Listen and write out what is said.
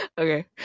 Okay